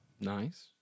Nice